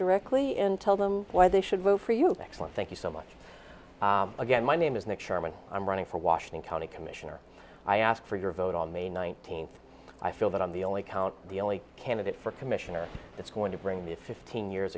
directly and tell them why they should vote for you next month thank you so much again my name is nick sherman i'm running for washington county commissioner i ask for your vote on may nineteenth i feel that i'm the only count the only candidate for commissioner that's going to bring the fifteen years